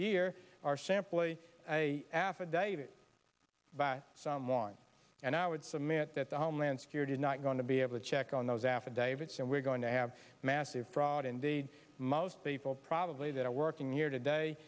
year are simply a affidavit by someone and i would submit that the homeland security is not going to be able to check on those affidavits and we're going to have massive fraud in the most people probably that are working here today